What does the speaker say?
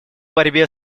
борьбе